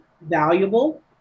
valuable